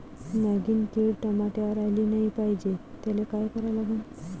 नागिन किड टमाट्यावर आली नाही पाहिजे त्याले काय करा लागन?